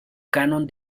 canon